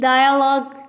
Dialogue